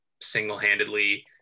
single-handedly